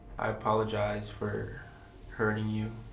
i apologize for hurting you.